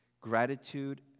Gratitude